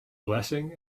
blessing